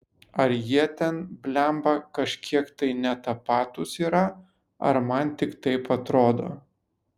ar jie ten blemba kažkiek tai ne tapatūs yra ar man tik taip atrodo